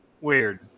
Weird